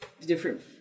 different